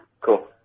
cool